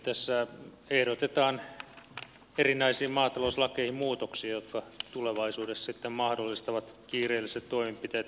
tässä ehdotetaan erinäisiin maatalouslakeihin muutoksia jotka tulevaisuudessa mahdollistavat kiireelliset toimenpiteet markkinahäiriötilanteessa